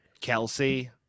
Kelsey